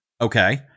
Okay